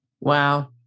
Wow